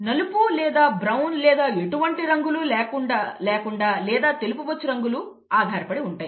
నలుపు లేదా బ్రౌన్ లేదా ఎటువంటి రంగులు లేకుండా లేదా తెలుపు బొచ్చు రంగులు ఆధారపడి ఉంటాయి